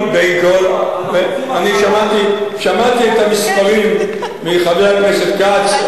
שמעתי את המספרים מחבר הכנסת כץ,